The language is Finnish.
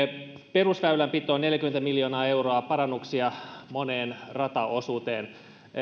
perusväylänpitoon neljäkymmentä miljoonaa euroa parannuksia moneen rataosuuteen